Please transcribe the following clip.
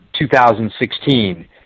2016